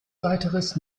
weiteres